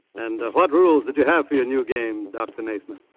and what rules did you have for your new game, dr. naismith?